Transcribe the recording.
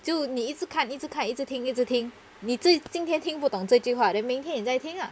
就你一直看一直看一直听一直听你这今天听不懂这句话 then 明天你在听啊